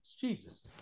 Jesus